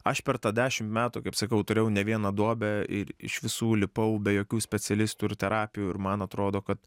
aš per tą dešim metų kaip sakau turėjau ne vieną duobę ir iš visų lipau be jokių specialistų ir terapijų ir man atrodo kad